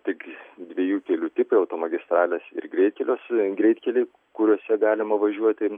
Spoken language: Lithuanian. tik dviejų kelių tipai automagistralės ir greitkeliuose greitkeliai kuriuose galima važiuoti